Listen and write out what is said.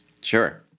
Sure